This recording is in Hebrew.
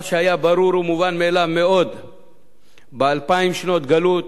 מה שהיה ברור ומובן מאליו מאוד באלפיים שנות גלות,